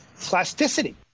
plasticity